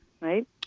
right